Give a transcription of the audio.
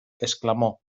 exclamó